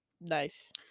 nice